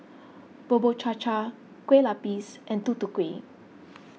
Bubur Cha Cha Kue Lupis and Tutu Kueh